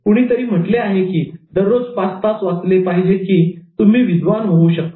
कुणीतरी म्हटले आहे की दररोज पाच तास वाचले की तुम्ही विद्वान होऊ शकता